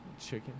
Chicken